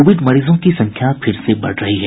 Covid मरीजों की संख्या फिर से बढ़ रही है